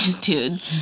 dude